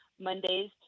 Mondays